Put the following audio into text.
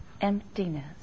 emptiness